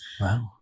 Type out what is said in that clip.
Wow